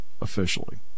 officially